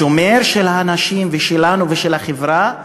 השומר של הנשים, ושלנו ושל החברה,